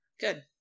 Good